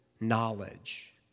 knowledge